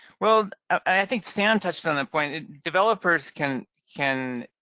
well, i think sam touched on a point. developers can can